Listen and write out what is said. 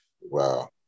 Wow